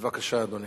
בבקשה, אדוני.